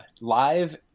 live